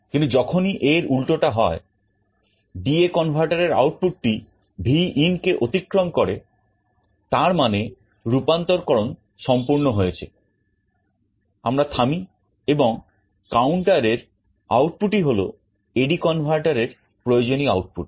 কিন্তু যখনই এর উল্টোটা হয় DA converter এর আউটপুট টি Vinকে অতিক্রম করে তার মানে রূপান্তরকরণ সম্পূর্ণ হয়েছে আমরা থামি এবং counter এর আউটপুটই হলো AD converterএর প্রয়োজনীয় আউটপুট